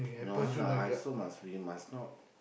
no lah I also must we must not